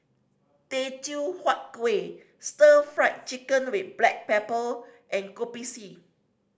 Teochew Huat Kueh Stir Fry Chicken with black pepper and Kopi C